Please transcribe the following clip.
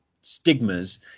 stigmas